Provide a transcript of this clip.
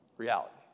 reality